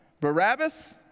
Barabbas